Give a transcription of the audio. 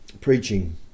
preaching